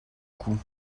coup